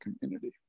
community